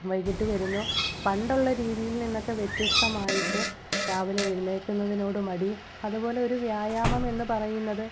വൈകിട്ട് വരുന്നു പണ്ടുള്ള രീതിയിൽ നിന്നൊക്കെ വ്യത്യസ്തമായിട്ട് രാവിലെ എഴുന്നേക്കുന്നതിനോട് മടി അതുപോലെ ഒരു വ്യായാമം എന്ന് പറയുന്നത്